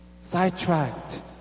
sidetracked